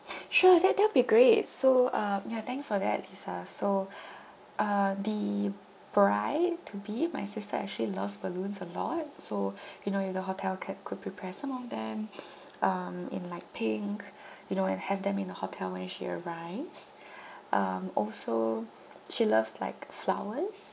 sure that that will be great so um yeah thanks for that lisa so uh the bride to be my sister actually loves balloons a lot so you know if the hotel ca~ could prepare some of them um in light pink you know and have them in the hotel when she arrives um also she loves like flowers